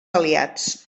aliats